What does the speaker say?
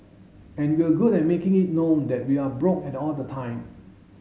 and we're good at making it known that we are broke at all the time